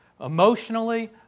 emotionally